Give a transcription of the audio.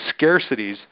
scarcities